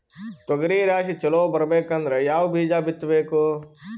ತೊಗರಿ ರಾಶಿ ಚಲೋ ಬರಬೇಕಂದ್ರ ಯಾವ ಬೀಜ ಬಿತ್ತಬೇಕು?